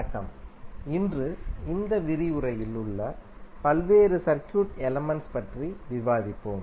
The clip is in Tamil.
வணக்கம் இன்று இந்த விரிவுரையில் உள்ள பல்வேறு சர்க்யூட் எலிமென்ட்ஸ் பற்றி விவாதிப்போம்